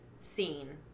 scene